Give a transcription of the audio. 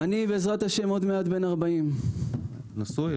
אני בעזרת השם עוד מעט בן 40. נשוי?